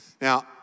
Now